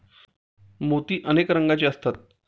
मोती अनेक रंगांचे असतात